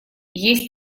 есть